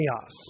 chaos